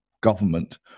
government